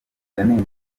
yanenze